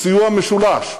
סיוע משולש,